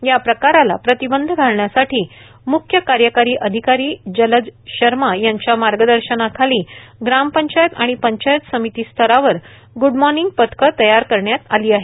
या प्रकाराला प्रतिबंध घालण्यासाठी मुख्य कार्यकारी अधिकारी जलज शर्मा यांच्या मार्गदर्शनाखाली ग्रामपंचायत आणि पंचायत समितीस्तरावर ग्डमॉर्निंग पथक तयार करण्यात आले आहे